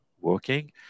Working